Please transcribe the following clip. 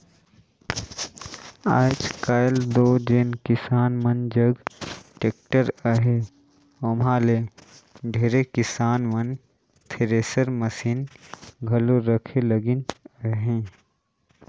आएज काएल दो जेन किसान मन जग टेक्टर अहे ओमहा ले ढेरे किसान मन थेरेसर मसीन घलो रखे लगिन अहे